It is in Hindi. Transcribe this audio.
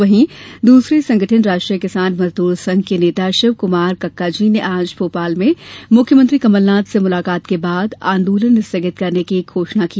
वहीं दूसरे संगठन राष्ट्रीय किसान मजदूर संघ के नेता शिव कुमार कक्काजी ने आज भोपाल में मुख्यमंत्री कमलनाथ से मुलाकात के बाद आंदोलन स्थगित करने की घोषणा की